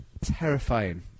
terrifying